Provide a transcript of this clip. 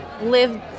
live